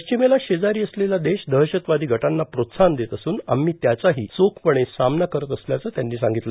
पश्चिमेला शेजारी असलेला देश दहशतवादी गटांना प्रोत्साहन देत असून आम्ही त्यांचाही चोखपणे सामना करत असल्याचं ते म्हणाले